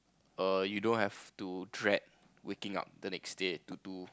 err you don't have to dread waking up the next day to do